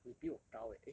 你比我高 eh eh